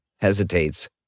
hesitates